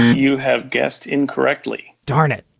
you have guessed incorrectly. darn it.